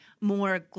more